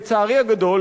לצערי הגדול,